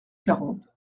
quarante